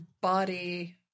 body